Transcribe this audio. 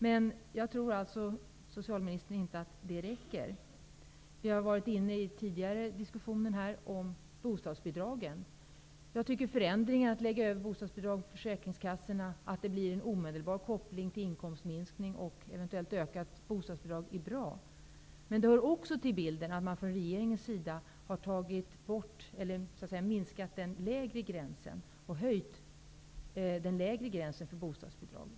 Men jag tror inte att det räcker, socialministern. Tidigare i diskussionen har vi varit inne på bostadsbidragen. Förändringen att lägga över bostadsbidragen på försäkringskassorna och att det blir en omedelbar koppling mellan inkomstminskning och eventuellt ökat bostadsbidrag är bra. Men det hör också till bilden att regeringen har höjt den lägre gränsen för bostadsbidrag.